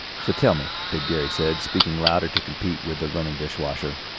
so tell me, big gary said, speaking louder to compete with the running dishwasher,